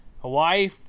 Hawaii